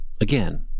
again